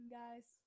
guys